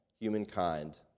humankind